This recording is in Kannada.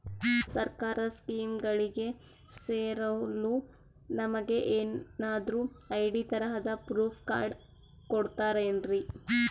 ಸರ್ಕಾರದ ಸ್ಕೀಮ್ಗಳಿಗೆ ಸೇರಲು ನಮಗೆ ಏನಾದ್ರು ಐ.ಡಿ ತರಹದ ಪ್ರೂಫ್ ಕಾರ್ಡ್ ಕೊಡುತ್ತಾರೆನ್ರಿ?